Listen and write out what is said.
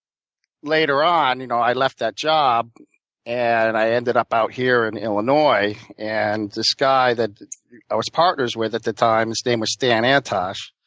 later on, you know i left that job and i ended up out here in illinois, and this guy that i was partners with at the time, his name was stan antosh,